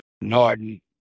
Norton